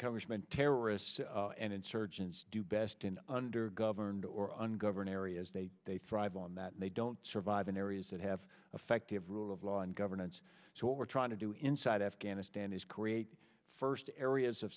congressman terrorists and insurgents do best in under governed or ungoverned areas they they thrive on that and they don't survive in areas that have effective rule of law and governance so what we're trying to do inside afghanistan is create first areas of